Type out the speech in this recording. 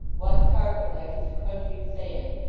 what carpet like its crunching sand,